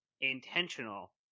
intentional